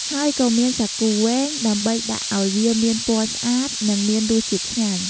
ហើយក៏មាន សាគូវែង ដើម្បីដាក់អោយវាមានពណ៌ស្អាត និងមានរសជាតិឆ្ងាញ់។